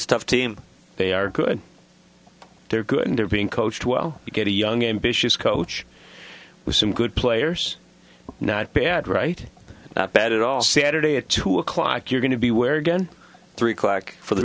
stuff team they are they're good and they're being coached well you get a young ambitious coach with some good players not bad right not bad at all saturday at two o'clock you're going to be where again three o'clock for the